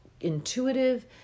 intuitive